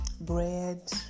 bread